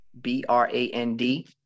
B-R-A-N-D